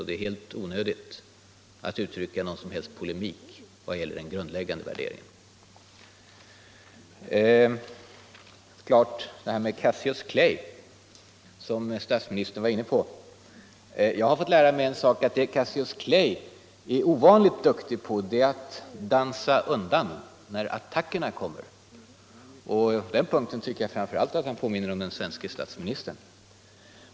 Det är helt onödigt att uttrycka någon som helst polemik när det gäller den grundläggande värderingen. Statsministern var inne på det här med Cassius Clay. Jag har fått lära mig en sak: det som Cassius Clay är ovanligt duktig på är att dansa undan när attackerna kommer. På den punkten tycker jag framför allt att han påminner om den svenske statsministern.